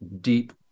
deep